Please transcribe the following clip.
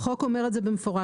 החוק אומר את זה במפורש.